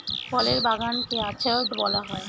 ফলের বাগান কে অর্চার্ড বলা হয়